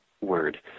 word